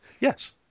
Yes